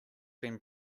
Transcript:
been